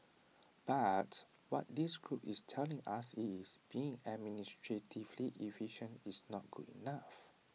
but what this group is telling us is being administratively efficient is not good enough